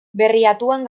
berriatuan